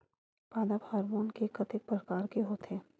पादप हामोन के कतेक प्रकार के होथे?